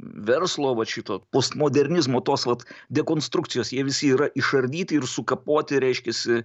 verslo vat šito postmodernizmo tos vat dekonstrukcijos jie visi yra išardyti ir sukapoti reiškiasi